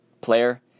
player